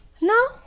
No